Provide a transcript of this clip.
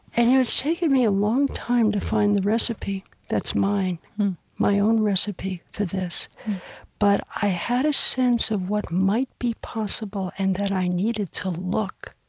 and yeah it's taken me a long time to find the recipe that's mine my own recipe for this but i had a sense of what might be possible and that i needed to look,